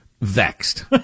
vexed